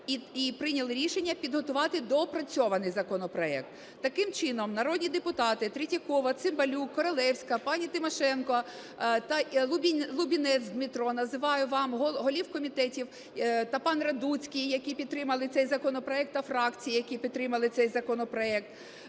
і прийняв рішення підготувати доопрацьований законопроект. Таким чином, народні депутати Третьякова, Цимбалюк, Королевська, пані Тимошенко та Лубінець Дмитро, називаю вам голів комітетів, та пан Радуцький, які підтримали цей законопроект та фракції, які підтримали цей законопроект,